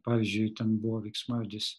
pavyzdžiui ten buvo veiksmažodis